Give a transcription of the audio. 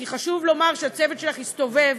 כי חשוב לומר שהצוות שלך הסתובב,